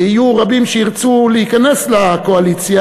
יהיו רבים שירצו להיכנס לקואליציה,